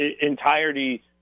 entirety